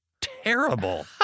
terrible